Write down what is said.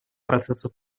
процессу